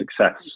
success